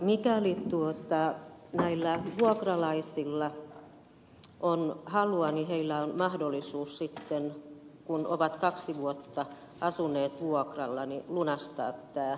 mikäli näillä vuokralaisilla on halua heillä on mahdollisuus sitten kun ovat kaksi vuotta asuneet vuokralla lunastaa asunto omaksi